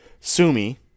Sumi